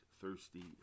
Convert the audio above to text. Thirsty